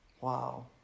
Wow